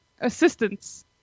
Assistance